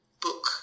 book